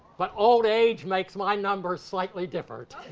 but old age makes my numbers slightly different.